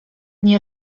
nie